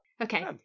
Okay